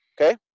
okay